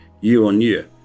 year-on-year